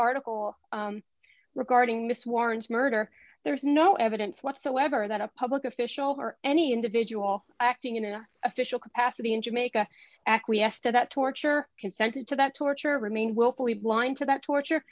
article regarding miss warren's murder there's no evidence whatsoever that a public official her any individual acting in an official capacity in jamaica acquiesce to that torture consented to that torture remain willfully blind to that torture